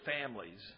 families